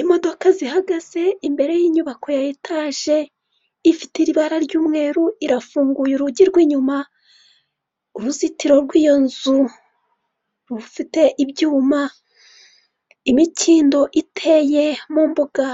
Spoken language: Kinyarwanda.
Imodoka zihagaze imbere y'inyubako ya etaje ifite ibara ry'umweru irafunguye urugi rw'inyuma. Uruzitiro rw'iyo nzu rufite ibyuma. Imikindo iteye mu mbuga,